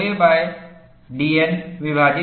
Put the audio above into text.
Y अक्ष पर delta K है